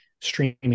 streaming